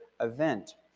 event